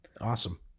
awesome